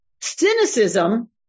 Cynicism